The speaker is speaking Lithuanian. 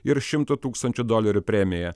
ir šimto tūkstančių dolerių premiją